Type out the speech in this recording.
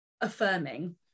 affirming